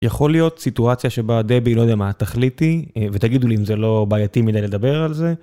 יכול להיות סיטואציה שבה דבי לא יודע מה תחליטי ותגידו לי אם זה לא בעייתי מדי לדבר על זה.